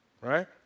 Right